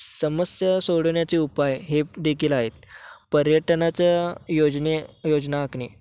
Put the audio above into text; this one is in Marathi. समस्या सोडवण्याचे उपाय हे देखील आहेत पर्यटनाचं योजने योजना आखणे